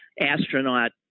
astronaut